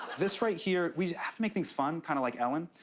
this right here we have to make things fun, kind of like ellen,